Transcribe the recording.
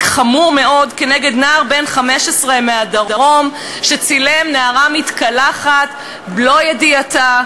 חמור מאוד כנגד נער בן 15 מהדרום שצילם נערה מתקלחת בלא ידיעתה,